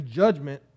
judgment